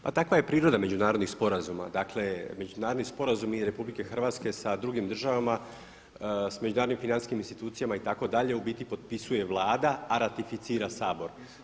Pa takva je priroda međunarodnih sporazuma, dakle međunarodni sporazumi RH sa drugim državama s međunarodnim financijskim institucijama itd. u biti potpisuje Vlada a ratificira Sabor.